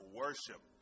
worship